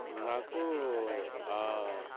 నాకు